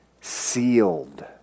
sealed